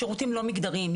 שירותים לא מגדריים.